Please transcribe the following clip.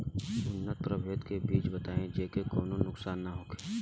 उन्नत प्रभेद के बीज बताई जेसे कौनो नुकसान न होखे?